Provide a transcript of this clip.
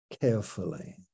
carefully